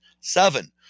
Seven